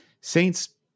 Saints